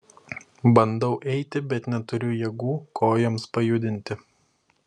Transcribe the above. bandau eiti bet neturiu jėgų kojoms pajudinti